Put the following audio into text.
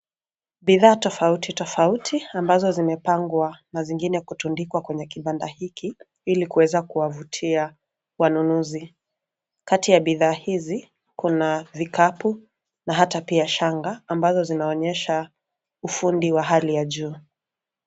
Bidhaa tofauti tofauti ambazo zimepangwa na zingine kutundikwa kwenye kibanda hiki ili kuweza kuwavutia wanunuzi. Kati ya bidhaa hizi kuna vikapu na hata pia shanga ambazo zinaonyesha ufundi wa hali ya juu.